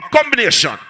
combination